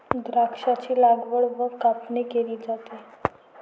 द्राक्षांची लागवड व कापणी केली जाते